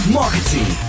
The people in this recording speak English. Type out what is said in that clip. marketing